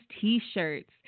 t-shirts